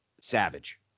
Savage